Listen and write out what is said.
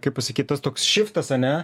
kaip pasakyt tas toks šiftas ane